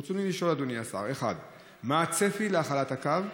ברצוני לשאול, אדוני השר: 1. מה הצפי להחלת הקו?